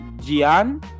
Gian